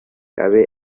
abe